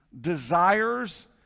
desires